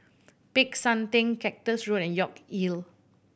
Peck San Theng Cactus Road and York Hill